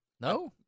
No